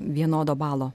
vienodo balo